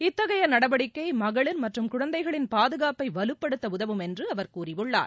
இத்தகைய நடவடிக்கை மகளிர் மற்றும் குழந்தைகளின் பாதுகாப்பை வலுப்படுத்த உதவும் என்று கூறியுள்ளார்